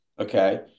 okay